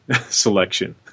selection